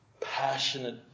passionate